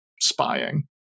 spying